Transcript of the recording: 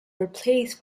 replaced